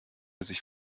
sich